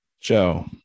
Joe